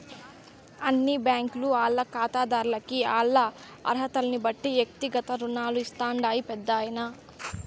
అన్ని బ్యాంకీలు ఆల్ల కాతాదార్లకి ఆల్ల అరహతల్నిబట్టి ఎక్తిగత రుణాలు ఇస్తాండాయి పెద్దాయనా